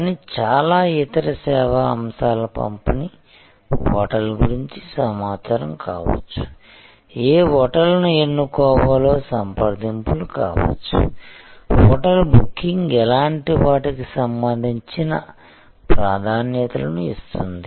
కానీ చాలా ఇతర సేవా అంశాల పంపిణీ హోటల్ గురించి సమాచారం కావచ్చు ఏ హోటల్ను ఎన్నుకోవాలో సంప్రదింపులు కావచ్చు హోటల్ బుకింగ్ ఎలాంటి వాటికి సంబంధించిన ప్రాధాన్యతలను ఇస్తుంది